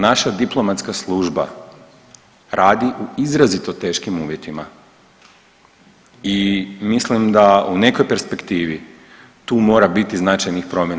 Naš diplomatska služba radi u izrazito teškim uvjetima i mislim da u nekoj perspektivi tu mora biti značajnih promjena.